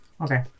Okay